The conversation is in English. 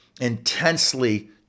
intensely